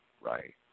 Right